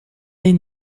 les